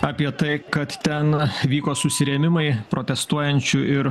apie tai kad ten vyko susirėmimai protestuojančių ir